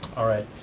all right.